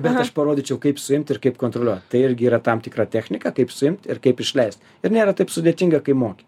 bet aš parodyčiau kaip suimt ir kaip kontroliuot tai irgi yra tam tikra technika kaip suimt ir kaip išleist ir nėra taip sudėtinga kai moki